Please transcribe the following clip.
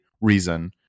reason